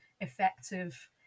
effective